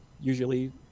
usually